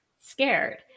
scared